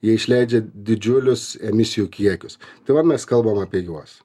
jie išleidžia didžiulius emisijų kiekius tai va mes kalbame apie juos